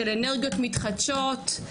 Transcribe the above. של אנרגיות מתחדשות,